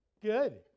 Good